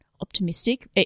optimistic